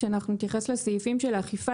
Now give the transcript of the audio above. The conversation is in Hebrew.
כשנתייחס לסעיפים של האכיפה,